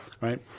right